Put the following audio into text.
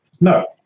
No